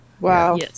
Wow